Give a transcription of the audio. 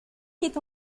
est